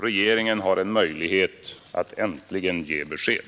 Regeringen har en möjlighet att äntligen ge besked.